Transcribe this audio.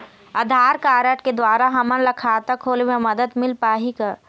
आधार card के द्वारा हमन ला खाता खोले म मदद मिल पाही का?